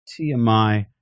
TMI